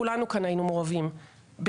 כולנו כאן היינו מעורבים במירון,